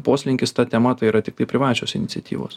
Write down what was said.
poslinkis ta tema tai yra tiktai privačios iniciatyvos